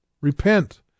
Repent